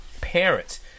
parents